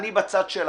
אני בצד שלכם,